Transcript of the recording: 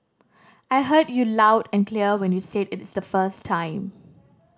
I heard you loud and clear when you said it the first time